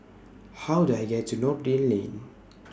How Do I get to Noordin Lane